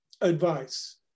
advice